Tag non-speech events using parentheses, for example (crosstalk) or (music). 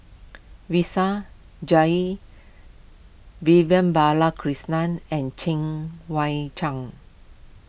(unintelligible) Jalil Vivian Balakrishnan and Cheng Wai (unintelligible)